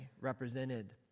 represented